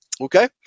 okay